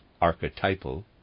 archetypal